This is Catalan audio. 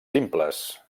simples